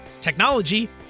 technology